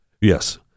yes